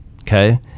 okay